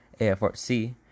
AFRC